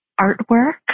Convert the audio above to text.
artwork